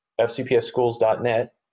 FCPSschools.net